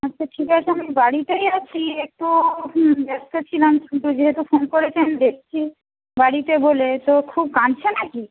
আচ্ছা ঠিক আছে আমি বাড়িতেই আছি একটু হুম ব্যস্ত ছিলাম কিন্তু যেহেতু ফোন করেছেন দেখছি বাড়িতে বলে তো খুব কাঁধছে নাকি